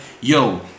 yo